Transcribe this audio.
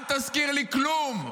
אל תזכיר לי כלום.